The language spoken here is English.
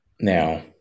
now